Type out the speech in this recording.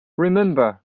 remember